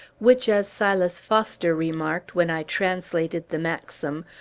which as silas foster remarked, when i translated the maxim,